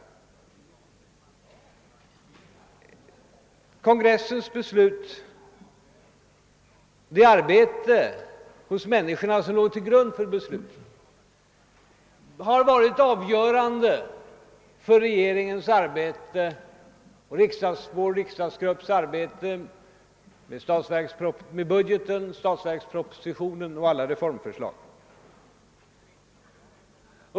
Kongressens beslut och det arbete bland människorna som låg till grund för besluten har varit avgörande för regeringens och vår riksdagsgrupps arbete med budgeten, statsverkspropositionen och alla reformförslag.